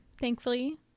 thankfully